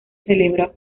celebró